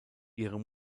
ihre